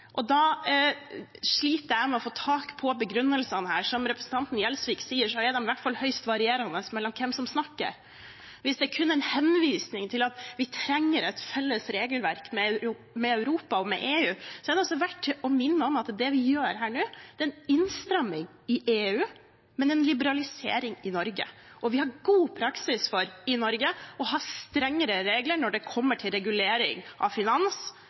sliter med å få tak på begrunnelsene her. Som representanten Gjelsvik sier, er de i hvert fall høyst varierende ut fra hvem som snakker. Hvis det kun er en henvisning til at vi trenger et felles regelverk med Europa og med EU, er det altså verdt å minne om at det vi gjør her nå, er en innstramning i EU, men en liberalisering i Norge. Vi har god praksis i Norge for å ha strengere regler når det gjelder regulering av finans